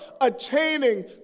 attaining